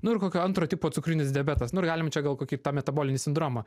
nu ir kokio antro tipo cukrinis diabetas nu ir galim čia gal kokį tą metabolinį sindromą